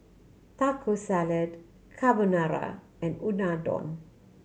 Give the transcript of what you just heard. Taco Salad Carbonara and Unadon